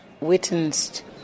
witnessed